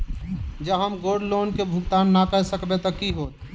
जँ हम gold loan केँ भुगतान न करऽ सकबै तऽ की होत?